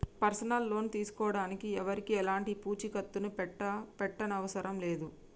personal loan తీసుకోడానికి ఎవరికీ ఎలాంటి పూచీకత్తుని పెట్టనవసరం లేదు